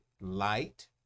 light